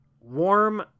warm